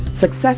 Success